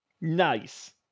Nice